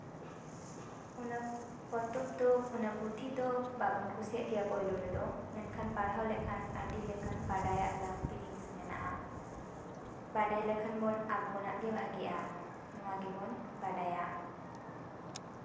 ᱚᱱᱟ ᱯᱚᱛᱚᱵᱽ ᱫᱚ ᱚᱱᱟ ᱯᱩᱛᱷᱤ ᱫᱚ ᱵᱟᱵᱚᱱ ᱠᱩᱥᱤᱭᱟᱜ ᱜᱮᱭᱟ ᱯᱳᱭᱞᱳ ᱨᱮᱫᱚ ᱢᱮᱱᱠᱷᱟᱱ ᱯᱟᱲᱦᱟᱣ ᱞᱮᱠᱷᱟᱱ ᱟᱹᱰᱤ ᱞᱮᱠᱟᱱ ᱵᱟᱰᱟᱭᱟᱜ ᱞᱟᱹᱠᱛᱤ ᱡᱤᱱᱤᱥ ᱢᱮᱱᱟᱜᱼᱟ ᱵᱟᱰᱟᱭ ᱞᱮᱠᱷᱟᱱ ᱵᱚᱱ ᱟᱵᱚᱱᱟᱜ ᱜᱮ ᱵᱷᱟᱜᱮᱜᱼᱟ ᱱᱚᱣᱟ ᱜᱮᱵᱚᱱ ᱵᱟᱰᱟᱭᱟ